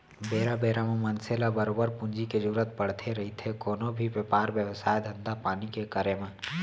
बेरा बेरा म मनसे ल बरोबर पूंजी के जरुरत पड़थे रहिथे कोनो भी बेपार बेवसाय, धंधापानी के करे म